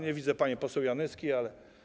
Nie widzę pani poseł Janyski, ale.